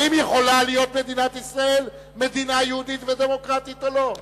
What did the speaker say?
האם מדינת ישראל יכולה להיות מדינה יהודית ודמוקרטית או לא?